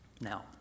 Now